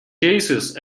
cases